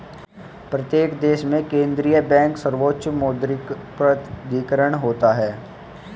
प्रत्येक देश में केंद्रीय बैंक सर्वोच्च मौद्रिक प्राधिकरण होता है